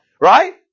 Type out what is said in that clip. Right